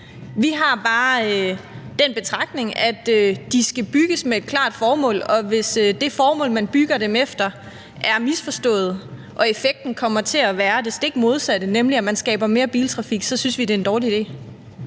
Vi har bare den betragtning, at de skal bygges med et klart formål, og hvis det formål, man bygger dem efter, er misforstået, og effekten kommer til at være det stik modsatte, nemlig at man skaber mere biltrafik, så synes vi, det er en dårlig idé.